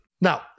Now